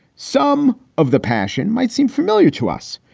some of the passion might seem familiar to us,